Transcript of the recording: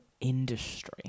industry